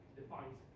defines